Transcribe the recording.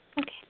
Okay